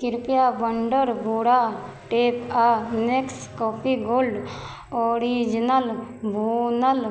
कृपया बण्डर बोरा टेप आ नेसकॉफी गोल्ड ओरिजनल भूनल